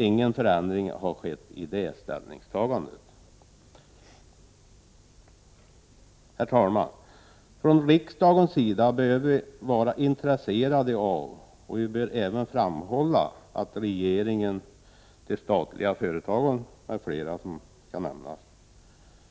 Ingen förändring har skett i det ställningstagandet. Herr talman! Riksdagen bör vara intresserad av och även framhålla att regeringen, dvs. de statliga företagen,